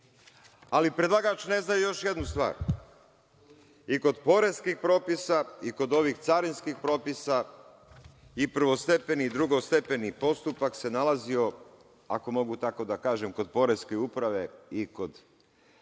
ali predlagač ne zna još jednu stvar. I kod poreskih propisa i kod ovih carinskih propisa i prvostepeni i drugostepeni postupak se nalazio, ako mogu tako da kažem, kod poreske uprave i kod